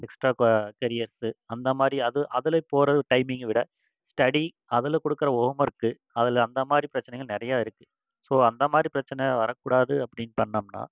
extra carriers அந்தமாதிரி அது அதில் போவது டைமிங்கை விட ஸ்டடி அதில் கொடுக்குற ஹோம் ஒர்க்கு அதில் அந்தமாதிரி பிரச்சினைகள் நிறையா இருக்குது ஸோ அந்தமாதிரி பிரச்சனை வரக்கூடாது அப்படினு பண்ணிணம்னா